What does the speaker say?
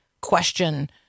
question